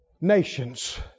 nations